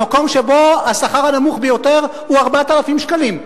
במקום שבו השכר הנמוך ביותר הוא 4,000 שקלים,